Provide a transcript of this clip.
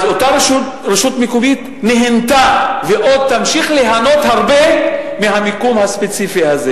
אותה רשות מקומית נהנתה ועוד תמשיך ליהנות הרבה מהמיקום הספציפי הזה.